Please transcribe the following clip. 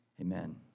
Amen